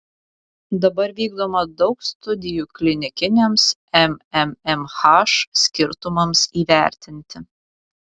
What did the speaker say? dabar vykdoma daug studijų klinikiniams mmmh skirtumams įvertinti